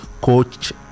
coach